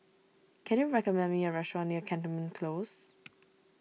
can you recommend me a restaurant near Cantonment Close